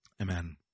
Amen